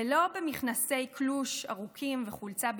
ולא במכנסי קלוש ארוכים וחולצה בפנים.